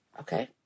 Okay